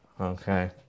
Okay